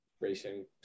racing